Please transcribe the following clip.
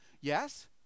Yes